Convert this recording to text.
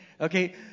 Okay